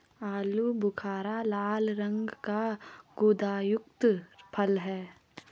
आलू बुखारा लाल रंग का गुदायुक्त फल है